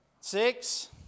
six